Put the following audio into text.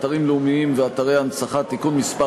אתרים לאומיים ואתרי הנצחה (תיקון מס'